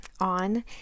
on